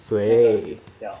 谁